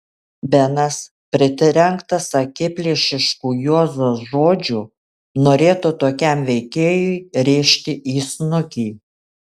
benas pritrenktas akiplėšiškų juozo žodžių norėtų tokiam veikėjui rėžti į snukį